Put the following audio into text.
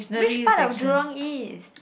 which part of Jurong-East